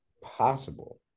possible